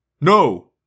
No